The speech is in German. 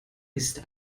ist